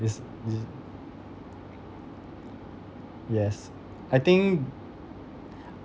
it's it's yes I think